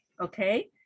okay